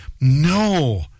no